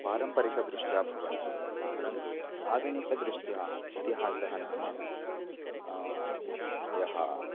पारम्परिकदृष्ट्या भवन्ति परन्तु आधुनिकदृष्ट्या इतिहासः नाम यः